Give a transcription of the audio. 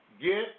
Get